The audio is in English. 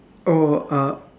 oh uh